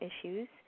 issues